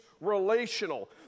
relational